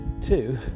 two